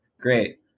Great